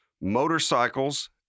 motorcycles